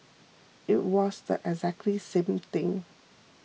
it was the exact same thing